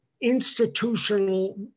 institutional